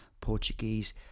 Portuguese